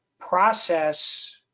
process